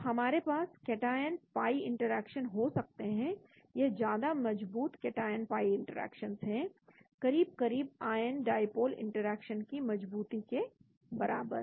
तो हमारे पास कैटआयन पाई इंटरेक्शन हो सकते हैं यह ज्यादा मजबूत कैटआयन पाई इंटरेक्शंस हैं करीब करीब आयन डाईपोल इंटरेक्शन की मजबूती के बराबर